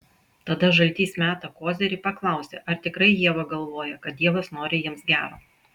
tada žaltys meta kozirį paklausia ar tikrai ieva galvoja kad dievas nori jiems gero